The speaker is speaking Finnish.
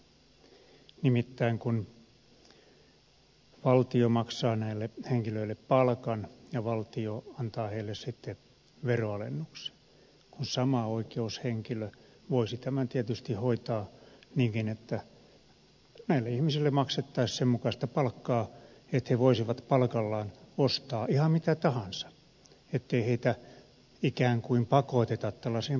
nimittäin kun valtio maksaa näille henkilöille palkan ja valtio antaa heille sitten veronalennuksen niin sama oikeushenkilö voisi tämän tietysti hoitaa niinkin että näille ihmisille maksettaisiin sen mukaista palkkaa että he voisivat palkallaan ostaa ihan mitä tahansa ettei heitä ikään kuin pakoteta tällaiseen pakkoautoinvestointiin